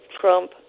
Trump